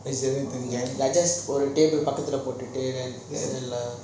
like just ஒரு:oru table பக்கத்துல போட்டுட்டு:pakathula potutu